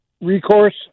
recourse